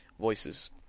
voices